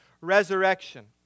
resurrection